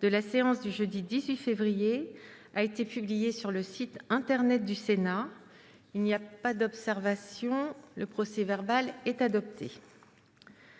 de la séance du jeudi 18 février 2021 a été publié sur le site internet du Sénat. Il n'y a pas d'observation ?... Le procès-verbal est adopté.